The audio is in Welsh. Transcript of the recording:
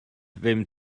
ddim